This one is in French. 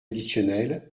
additionnel